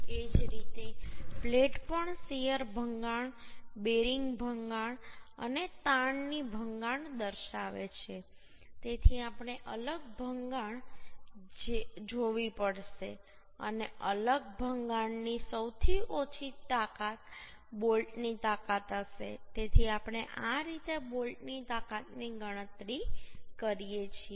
એ જ રીતે પ્લેટ પણ શીયર ભંગાણ બેરિંગ ભંગાણ અને તાણની ભંગાણ દર્શાવે છે તેથી આપણે અલગ ભંગાણ જોવી પડશે અને અલગ ભંગાણ ની સૌથી ઓછી તાકાત બોલ્ટની તાકાત હશે તેથી આપણે આ રીતે બોલ્ટની તાકાતની ગણતરી કરીએ છીએ